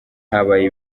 habaye